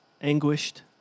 anguished